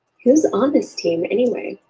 who's on this team any way?